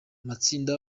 matsinda